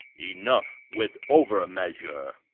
enough, with over-measure.